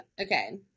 Okay